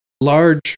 large